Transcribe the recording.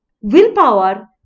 Willpower